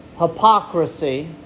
hypocrisy